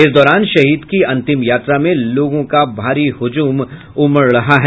इस दौरान शहीद की अंतिम यात्रा में लोगों का भारी हुजूम उमड़ रहा है